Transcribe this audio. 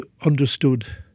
understood